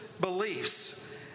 beliefs